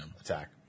attack